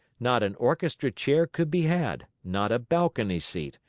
not an orchestra chair could be had, not a balcony seat,